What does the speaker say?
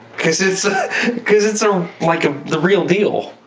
because it's because it's so like ah the real deal.